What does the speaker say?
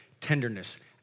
tenderness